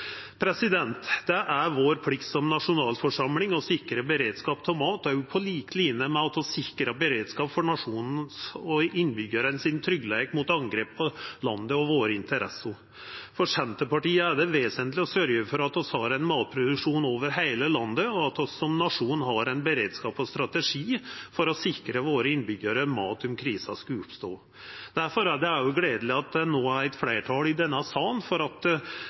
Det er vår plikt som nasjonalforsamling å sikra beredskap av mat på lik line med at vi sikrar beredskapen for nasjonen og tryggleiken for innbyggjarane med tanke på angrep på landet og interessene våre. For Senterpartiet er det vesentleg å sørgja for at vi har ein matproduksjon over heile landet, og at vi som nasjon har ein beredskap og strategi for å sikra innbyggjarane våre mat om krisa skulle oppstå. Difor er det òg gledeleg at det no er eit fleirtal i denne salen for nettopp styrking av jordvernet, og at